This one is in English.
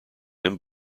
him